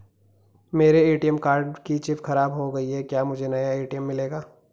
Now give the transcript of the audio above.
मेरे ATM card की chip खराब हो गयी है क्या मुझे नया ए.टी.एम मिलेगा?